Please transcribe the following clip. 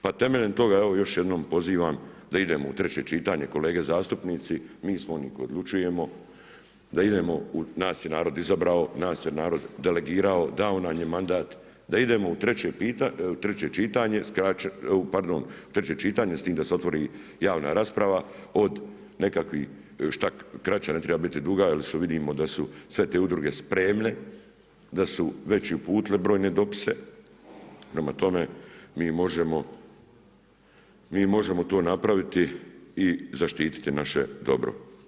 Pa temeljem toga, evo još jednom pozivam da idemo u treće čitanje kolege zastupnici, mi smo oni koji odlučujemo, da idemo, nas je narod izabrao, nas je narod delegirao, dao nam je mandat da idemo u treće čitanje, s time da se otvori javna rasprava od nekakvih šta kraća, ne treba biti duga jer vidimo da su sve te udruge spremne, da su već i uputile brojne dopise, prema tome mi možemo to napraviti i zaštiti naše dobro.